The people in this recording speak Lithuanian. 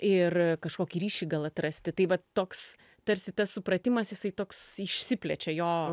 ir kažkokį ryšį gal atrasti tai vat toks tarsi tas supratimas jisai toks išsiplečia jo